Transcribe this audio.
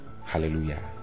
Hallelujah